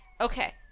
okay